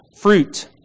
fruit